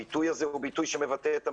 הביטוי הזה הוא ביטוי שמבטא את המציאות,